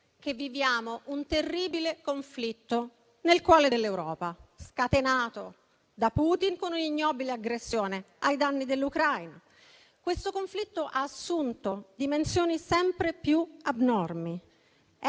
che viviamo un terribile conflitto nel cuore dell'Europa, scatenato da Putin con un'ignobile aggressione ai danni dell'Ucraina. Questo conflitto ha assunto dimensioni sempre più abnormi,